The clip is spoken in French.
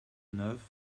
neuf